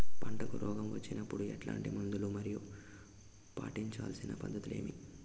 పంటకు రోగం వచ్చినప్పుడు ఎట్లాంటి మందులు మరియు పాటించాల్సిన పద్ధతులు ఏవి?